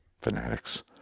fanatics